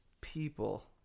People